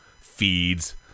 feeds